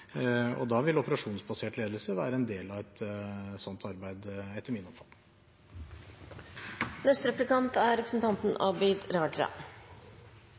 og da vil operasjonsbasert ledelse være en del av et sånt arbeid, etter min oppfatning. Det er